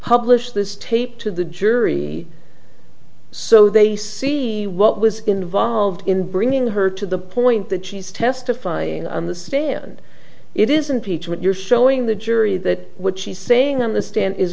publish this tape to the jury so they see what was involved in bringing her to the point that she's testifying on the stand it isn't peach when you're showing the jury that what she's saying on the stand is